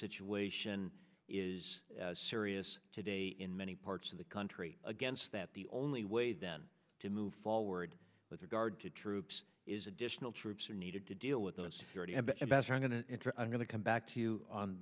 situation is serious today in many parts of the country against that the only way then to move forward with regard to troops is additional troops are needed to deal with those who are going to going to come back to you on